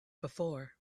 before